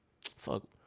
fuck